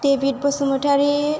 David Basumatary